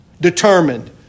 determined